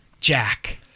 jack